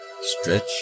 Stretch